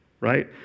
Right